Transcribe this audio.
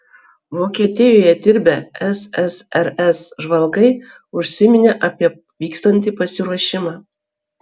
vokietijoje dirbę ssrs žvalgai užsiminė apie vykstantį pasiruošimą